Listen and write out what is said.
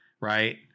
right